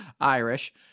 Irish